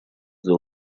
для